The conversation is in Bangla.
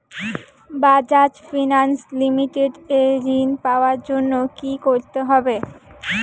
বাজাজ ফিনান্স লিমিটেড এ ঋন পাওয়ার জন্য কি করতে হবে?